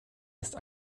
ist